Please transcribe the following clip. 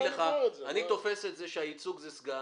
אני תופס את זה שהייצוג זה סגן,